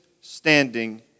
standing